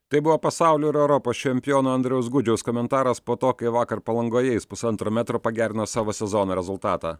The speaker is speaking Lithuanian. tai buvo pasaulio ir europos čempiono andriaus gudžiaus komentaras po to kai vakar palangoje jis pusantro metro pagerino savo sezono rezultatą